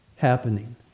happening